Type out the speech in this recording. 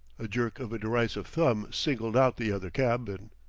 a jerk of a derisive thumb singled out the other cabman.